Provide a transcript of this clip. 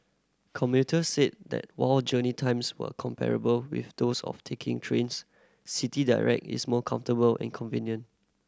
commuters said that while journey times were comparable with those of taking trains City Direct is more comfortable and convenient